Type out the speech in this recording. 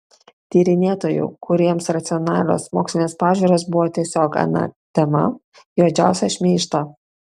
tyrinėtojų kuriems racionalios mokslinės pažiūros buvo tiesiog ana tema juodžiausią šmeižtą